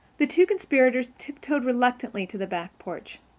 the two conspirators tip-toed reluctantly to the back porch.